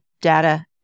data